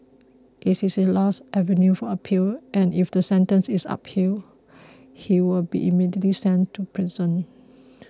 it is his last avenue for appeal and if the sentence is up peel he will be immediately sent to prison